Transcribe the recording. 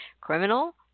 criminal